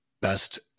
best